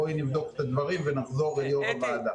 בואי נבדוק את הדברים ונחזור ליו"ר הוועדה.